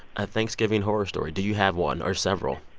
a thanksgiving horror story. do you have one or several?